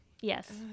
Yes